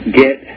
get